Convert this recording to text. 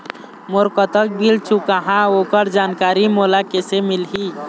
मोर कतक बिल चुकाहां ओकर जानकारी मोला कैसे मिलही?